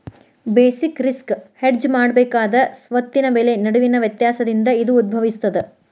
basic risk hedge ಮಾಡಬೇಕಾದ ಸ್ವತ್ತಿನ ಬೆಲೆ ನಡುವಿನ ವ್ಯತ್ಯಾಸದಿಂದ ಇದು ಉದ್ಭವಿಸ್ತದ